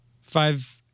Five